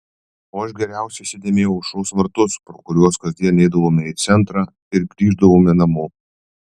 o aš geriausiai įsidėmėjau aušros vartus pro kuriuos kasdien eidavome į centrą ir grįždavome namo